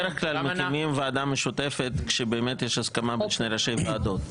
בדרך כלל מקימים ועדה משותפת כשבאמת יש הסכמה בין שני ראשי ועדות.